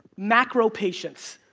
macro-patience.